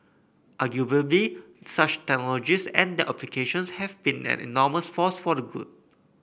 arguably such technologies and their applications have been an enormous force for the good